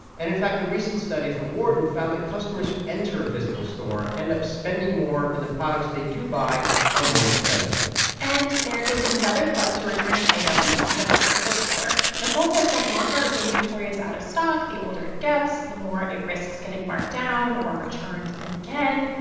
and in fact, a recent study from wharton found that customers who enter a physical store end up spending more, and the products they do buy are more expensive and there is another plus to returning items at a physical store. nicole says the longer inventory is out of stock, the older it gets, the more it risks getting marked down or returned again.